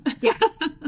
Yes